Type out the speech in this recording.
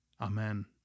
Amen